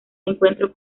encuentro